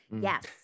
Yes